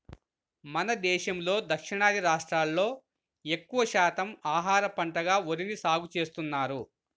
మన దేశంలో దక్షిణాది రాష్ట్రాల్లో ఎక్కువ శాతం ఆహార పంటగా వరిని సాగుచేస్తున్నారు